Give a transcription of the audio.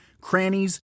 crannies